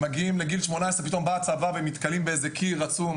שמגיעים לגיל 18 ופתאום בא הצבא והם נתקלים באיזה קיר עצום,